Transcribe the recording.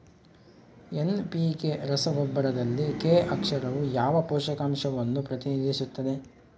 NPK ರಸಗೊಬ್ಬರದಲ್ಲಿ K ಅಕ್ಷರವು ಯಾವ ಪೋಷಕಾಂಶವನ್ನು ಪ್ರತಿನಿಧಿಸುತ್ತದೆ?